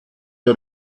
der